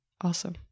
Awesome